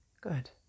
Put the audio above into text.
good